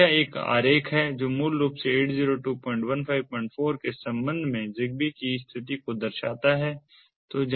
तो यह एक आरेख है जो मूल रूप से 802154 के संबंध में ZigBee की स्थिति को दर्शाता है